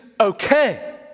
okay